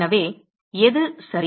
எனவே எது சரி